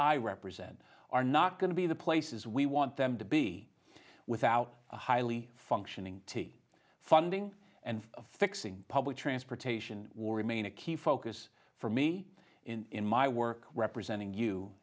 i represent are not going to be the places we want them to be without the highly functioning funding and fixing public transportation or remain a key focus for me in my work representing you